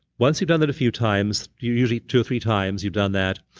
once you've done that a few times, usually two or three times you've done that,